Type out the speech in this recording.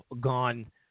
gone